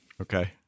Okay